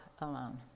alone